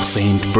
Saint